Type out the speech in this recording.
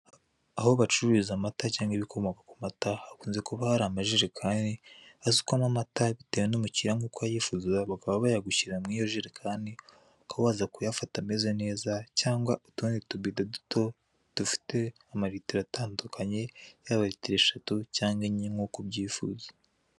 Aho bacururiza amata cyangwa ibikomoka ku mata hakunze kuba hari amajerekani asukwamo amata bitewe umukiliya, nk'uko ayifuza bakaba bayagushyirira muri ayo majerekani, ukaba waza kuyafata ameze neza, cyangwa utundi tubido duto, dufite amalitiro atandukanye, yaba litiro eshatu cyangwa enye nk'uko ubyifuza.